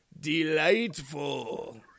delightful